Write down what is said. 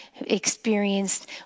experienced